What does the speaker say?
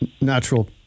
natural